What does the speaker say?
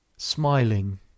smiling